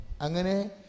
Angane